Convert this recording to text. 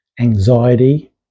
anxiety